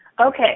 Okay